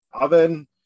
oven